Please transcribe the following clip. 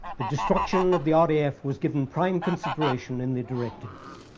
the destruction of the ah raf was given prime consideration in the directives.